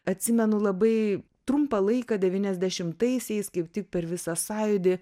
atsimenu labai trumpą laiką devyniasdešimtaisiais kaip tik per visą sąjūdį